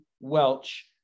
Welch